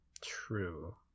True